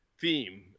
theme